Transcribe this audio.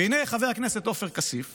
והינה חבר הכנסת עופר כסיף